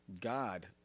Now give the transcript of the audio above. God